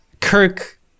Kirk